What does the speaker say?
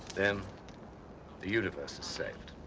then the universe is saved